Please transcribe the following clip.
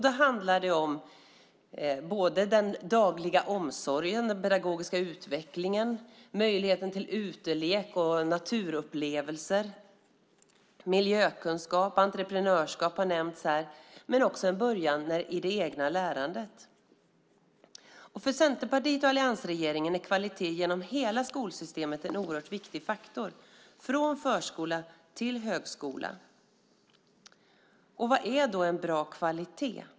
Det handlar om både den dagliga omsorgen, den pedagogiska utvecklingen, möjligheten till utelek och naturupplevelser, miljökunskap, entreprenörskap - som har nämnts - och också en början till det egna lärandet. För Centerpartiet och alliansregeringen är kvalitet genom hela skolsystemet en viktig faktor, från förskola till högskola. Vad är då bra kvalitet?